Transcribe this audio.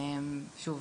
שוב,